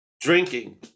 Drinking